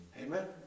Amen